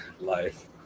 Life